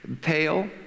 Pale